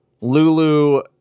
Lulu